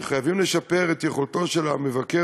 שחייבים לשפר את יכולתו של המבקר,